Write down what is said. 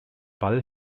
ball